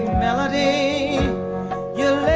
melody you